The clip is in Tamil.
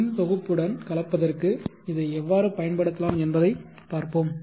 மின் தொகுப்புடன் கலப்பதற்கு இதை எவ்வாறு பயன்படுத்தலாம் என்பதைப் பார்ப்போம்